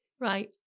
Right